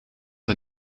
een